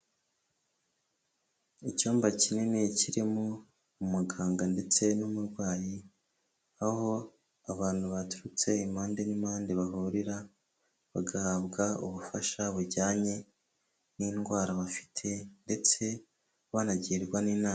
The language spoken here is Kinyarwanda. Icyumba kinini kirimo umuganga ndetse n'umurwayi aho abantu baturutse impande n'impande bahurira, bagahabwa ubufasha bujyanye n'indwara bafite ndetse banagirwa n'inama.